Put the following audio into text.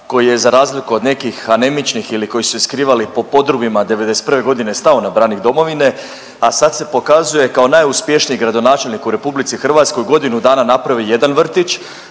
koji je za razliku od nekih anemičnih ili koji su se skrivali po podrumima '91. g. stao na branik domovine, a sad se pokazuje kao najuspješniji gradonačelnik u RH, godinu dana napravio je jedan vrtić,